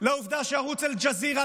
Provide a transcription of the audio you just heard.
לעובדה שערוץ אל-ג'זירה,